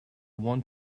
one